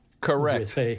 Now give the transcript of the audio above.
Correct